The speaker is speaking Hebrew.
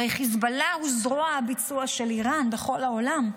הרי חיזבאללה הוא זרוע הביצוע של איראן בכל העולם,